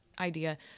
idea